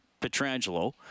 Petrangelo